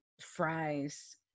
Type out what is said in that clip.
fries